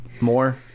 more